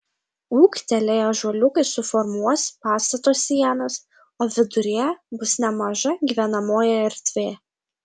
ūgtelėję ąžuoliukai suformuos pastato sienas o viduryje bus nemaža gyvenamoji erdvė